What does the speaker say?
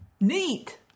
neat